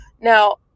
now